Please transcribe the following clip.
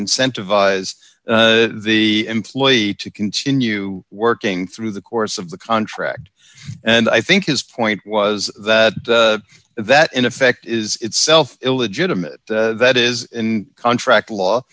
incentivize the employee to continue working through the course of the contract and i think his point was that that in effect is itself illegitimate that is in contract law